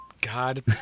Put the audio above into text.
God